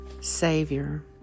Savior